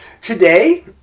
today